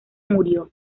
murió